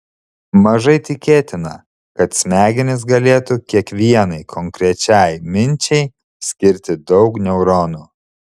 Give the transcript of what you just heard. mažai tikėtina kad smegenys galėtų kiekvienai konkrečiai minčiai skirti daug neuronų